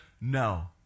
no